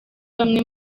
bamwe